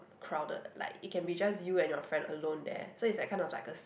crowded like it can be just you and your friend alone there so it's like kind of like a